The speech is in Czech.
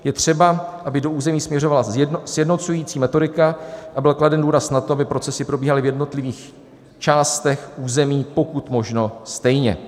Je třeba, aby do území směřovala sjednocující metodika a byl kladen důraz na to, aby procesy probíhaly v jednotlivých částech území pokud možno stejně.